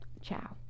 Ciao